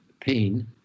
pain